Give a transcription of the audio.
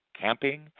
camping